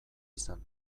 izan